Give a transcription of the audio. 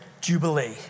Jubilee